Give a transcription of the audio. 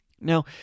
Now